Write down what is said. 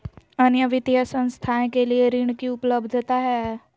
अन्य वित्तीय संस्थाएं के लिए ऋण की उपलब्धता है?